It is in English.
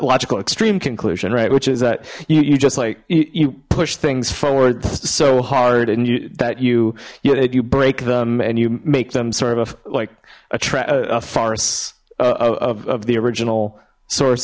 logical extreme conclusion right which is that you you just like you push things forward so hard and you that you you you break them and you make them sort of like a trap arse of the original source